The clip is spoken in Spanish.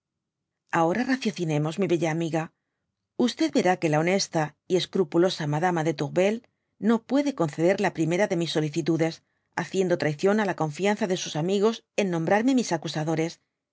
ahora raciocinemos mi beua amiga verá que la honesta y escrupulosa madama de tourtel no puede conceder la primera de mis solicitudes haciendo traición á la confianza de sus amigos en nombrarme mis acusadores y